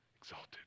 exalted